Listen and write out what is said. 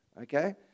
okay